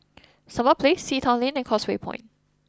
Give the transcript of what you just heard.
Summer Place Sea Town Lane and Causeway Point